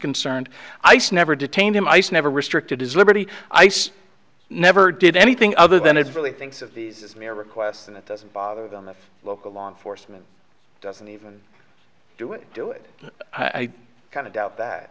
concerned ice never detained him ice never restricted his liberty ice never did anything other than it's really thinks of these requests and it doesn't bother them if local law enforcement doesn't even do it do it i kind of doubt that